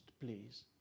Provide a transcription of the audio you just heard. please